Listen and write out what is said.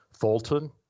Fulton